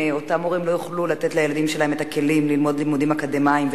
אותם הורים לא יוכלו לתת לילדים שלהם את הכלים ללמוד לימודים אקדמיים,